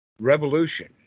revolution